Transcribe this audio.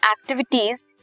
activities